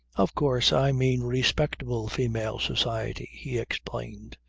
of course i mean respectable female society, he explained.